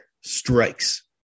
Strikes